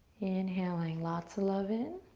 inhaling lots of love in.